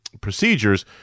procedures